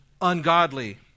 ungodly